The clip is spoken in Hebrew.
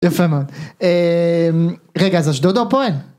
יפה מאד, רגע אז אשדוד או הפועל?